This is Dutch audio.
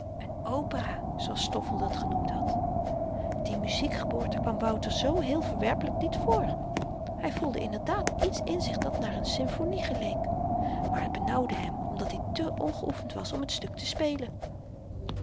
zooals stoffel dat genoemd had die muziek geboorte kwam wouter zoo heel verwerpelyk niet voor hy voelde inderdaad iets in zich dat naar n synfonie geleek maar t benauwde hem omdat i te ongeoefend was om t stuk te spelen